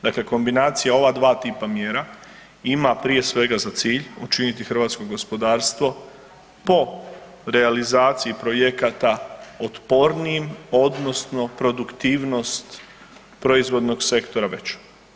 Dakle, kombinacija ova dva tipa mjera ima prije svega za cilj učiniti hrvatsko gospodarstvo po realizaciji projekata otpornijim odnosno produktivnost proizvodnog sektora veće.